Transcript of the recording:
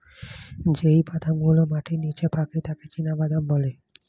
যেই বাদাম গুলো মাটির নিচে পাকে তাকে চীনাবাদাম বলে